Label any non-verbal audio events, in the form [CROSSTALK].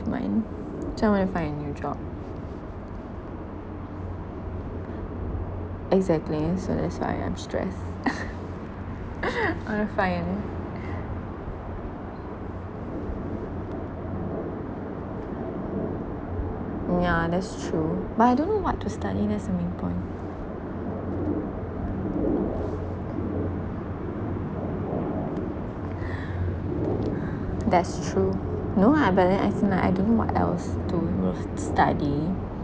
mine so I want to find a new job exactly so that's why I'm stressed [LAUGHS] I want to find yeah that's true but I don't know what to study that's the main point [BREATH] that's true no ah but then as in like I don't know what else to worth study